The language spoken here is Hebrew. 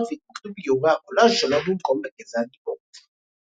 והתמקדו באיורי הקולאז' שלו במקום בגזע הגיבור.